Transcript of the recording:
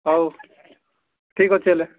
ହଉ ଠିକ୍ ଅଛି ହେଲେ